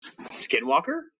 Skinwalker